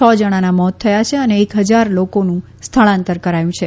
છ જણાંના મોત થયાં છે અને એક હજાર લોકોનું સ્થળાંતર થયું છે